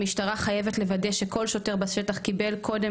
המשטרה חייבת לוודא שכל שוטר בשטח קיבל קודם